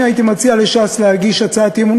אני הייתי מציע לש"ס להגיש הצעת אי-אמון